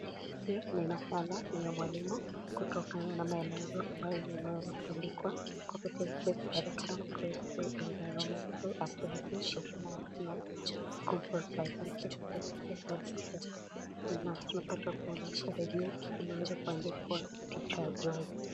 Hili ni nakala ya mwalimu kutokana na maelezo ambayo yanayoandikwa competence based cirriculum grade 2 environmental activities rationalised notes composed by vyntex softcopy publishers tunaweza kuona pale juu kumeandikwa Tr.Joy.